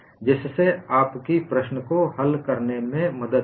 जिससे आपकी प्रश्न को हल करने में भी मदद मिली